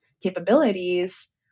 capabilities